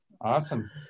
Awesome